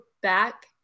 back